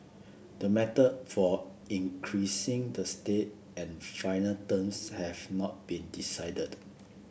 the method for increasing the stake and final terms have not been decided